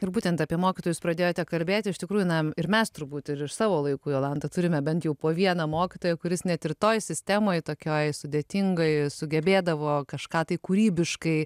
ir būtent apie mokytojus pradėjote kalbėti iš tikrųjų na ir mes turbūt ir iš savo laiku jolanta turime bent jau po vieną mokytoją kuris net ir toj sistemoj tokioj sudėtingoj sugebėdavo kažką tai kūrybiškai